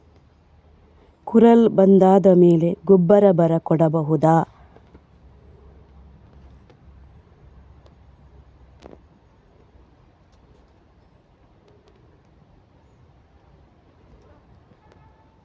ಕುರಲ್ ಬಂದಾದ ಮೇಲೆ ಗೊಬ್ಬರ ಬರ ಕೊಡಬಹುದ?